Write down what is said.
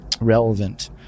relevant